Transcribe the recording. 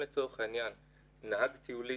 מה אם יש למישהו הרשעה בשוד מזוין,